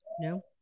No